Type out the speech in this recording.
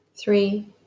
three